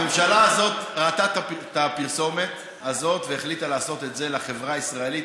הממשלה הזאת ראתה את הפרסומת הזאת והחליטה לעשות את זה לחברה הישראלית,